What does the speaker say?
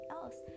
else